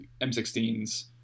M16s